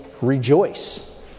rejoice